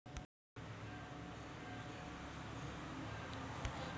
मोसंबी वरचा नाग रोग रोखा साठी उपाव का हाये?